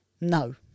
No